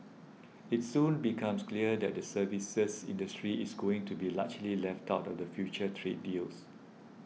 it soon becomes clear that the services industry is going to be largely left out of the future trade deals